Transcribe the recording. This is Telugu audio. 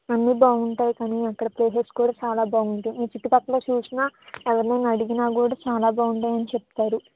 అన్నీ బాగుంటాయి కానీ అక్కడ ప్లేసెస్ కూడా చాలా బాగుంటాయి మీ చుట్టుపక్కల చూసినా ఎవరినైనా అడిగినా కూడా చాలా బాగుంటాయి అని చెప్తారు